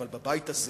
אבל בבית הזה,